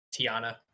Tiana